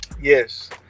Yes